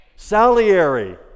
Salieri